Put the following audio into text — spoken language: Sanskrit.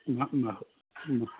न न